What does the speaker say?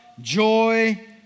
Joy